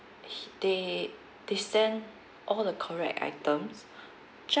he they they send all the correct items just